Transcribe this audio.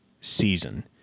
season